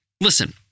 Listen